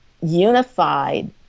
unified